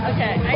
Okay